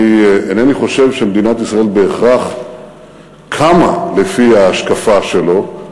אני אינני חושב שמדינת ישראל בהכרח קמה לפי ההשקפה שלו,